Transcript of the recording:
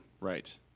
Right